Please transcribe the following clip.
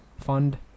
fund